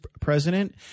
president